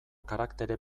karaktere